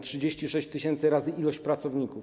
36 tys. zł razy ilość pracowników.